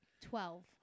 Twelve